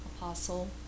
apostle